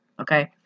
okay